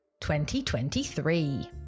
2023